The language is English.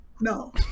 No